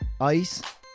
ice